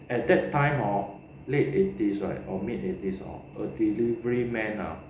at that time hor late eighties right or mid eighties hor a delivery man ah